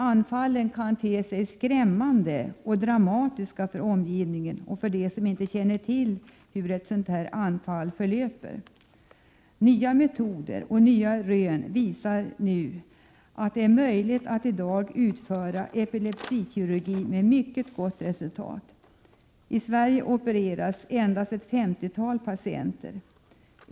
Anfallen kan te sig skrämmande och dramatiska för dem som inte känner till hur ett sådant anfall förlöper. Nya metoder och nya rön visar emellertid att det är möjligt att i dag utföra epilepsikirurgi med mycket gott resultat. I Sverige opereras endast ett femtiotal patienter.